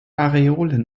areolen